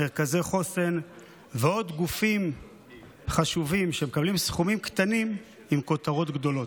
מרכזי חוסן ועוד גופים חשובים שמקבלים סכומים קטנים עם כותרות גדולות.